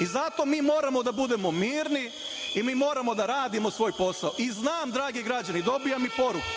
i zato mi moramo da budemo mirni i moramo da radimo svoj posao. Znam, dragi građani, i dobijam i poruku,